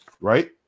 Right